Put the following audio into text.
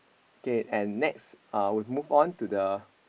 K and next uh we move on to the